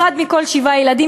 אחד מכל שבעה ילדים,